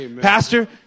Pastor